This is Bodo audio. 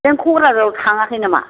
नों क'क्राझाराव थाङाखै नामा